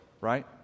right